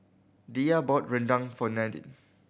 Diya bought rendang for Nadine